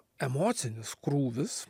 emocinis krūvis